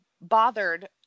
bothered